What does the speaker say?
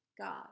God